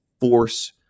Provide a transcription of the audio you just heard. force